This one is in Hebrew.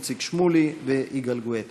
איציק שמולי ויגאל גואטה.